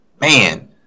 man